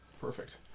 Perfect